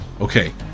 Okay